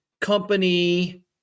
company